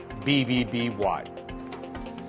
BVBY